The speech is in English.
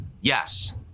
yes